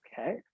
Okay